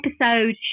episode